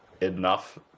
enough